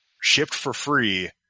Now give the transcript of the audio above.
shipped-for-free